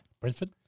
Brentford